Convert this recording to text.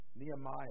Nehemiah